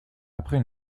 après